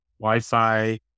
Wi-Fi